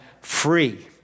free